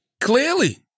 Clearly